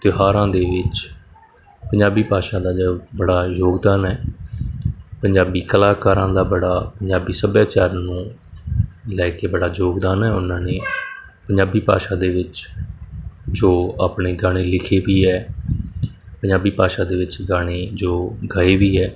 ਤਿਉਹਾਰਾਂ ਦੇ ਵਿੱਚ ਪੰਜਾਬੀ ਭਾਸ਼ਾ ਦਾ ਜਾਂ ਬੜਾ ਯੋਗਦਾਨ ਹੈ ਪੰਜਾਬੀ ਕਲਾਕਾਰਾਂ ਦਾ ਬੜਾ ਪੰਜਾਬੀ ਸੱਭਿਆਚਾਰ ਨੂੰ ਲੈ ਕੇ ਬੜਾ ਯੋਗਦਾਨ ਹੈ ਉਹਨਾਂ ਨੇ ਪੰਜਾਬੀ ਭਾਸ਼ਾ ਦੇ ਵਿੱਚ ਜੋ ਆਪਣੇ ਗਾਣੇ ਲਿਖੇ ਵੀ ਹੈ ਪੰਜਾਬੀ ਭਾਸ਼ਾ ਦੇ ਵਿੱਚ ਗਾਣੇ ਜੋ ਗਾਏ ਵੀ ਹੈ